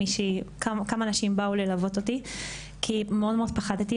כמה נשים באו ללוות אותי כי מאוד פחדתי,